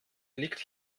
liegt